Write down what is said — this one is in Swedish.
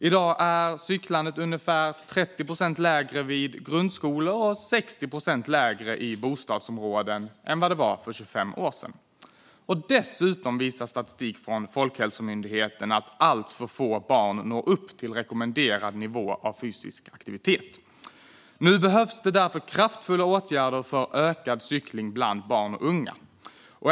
I dag är cyklandet ungefär 30 procent lägre vid grundskolor och 60 procent lägre i bostadsområden än vad det var för 25 år sedan. Dessutom visar statistik från Folkhälsomyndigheten att alltför få barn når upp till rekommenderad nivå av fysisk aktivitet. Nu behövs det därför kraftfulla åtgärder för ökad cykling bland barn och unga.